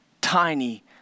tiny